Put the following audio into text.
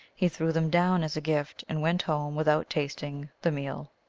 he threw them down as a gift, and went home without tasting the meal.